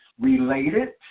related